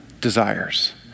desires